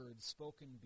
spoken